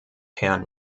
herrn